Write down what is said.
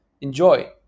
Enjoy